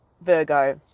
Virgo